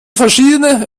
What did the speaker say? verschiedene